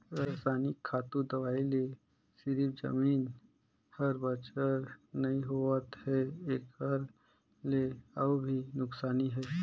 रसइनिक खातू, दवई ले सिरिफ जमीन हर बंजर नइ होवत है एखर ले अउ भी नुकसानी हे